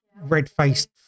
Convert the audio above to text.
red-faced